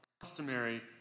customary